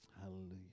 Hallelujah